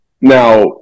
Now